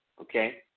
okay